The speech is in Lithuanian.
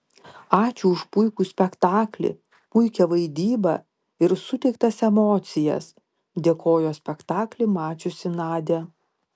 ačiū už puikų spektaklį puikią vaidybą ir suteiktas emocijas dėkojo spektaklį mačiusi nadia